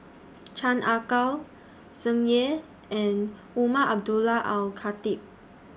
Chan Ah Kow Tsung Yeh and Umar Abdullah Al Khatib